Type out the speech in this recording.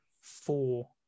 four